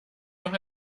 noch